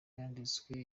yanditsweho